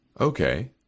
Okay